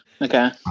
Okay